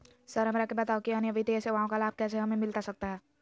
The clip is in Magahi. सर हमरा के बताओ कि अन्य वित्तीय सेवाओं का लाभ कैसे हमें मिलता सकता है?